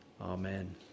Amen